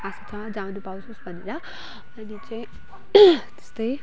आशा छ जानु पावोस् भनेर अनि चाहिँ त्यस्तै